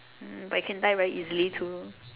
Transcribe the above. but you can die very easily too